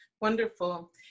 wonderful